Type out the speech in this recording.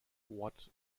what